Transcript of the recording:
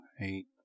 eight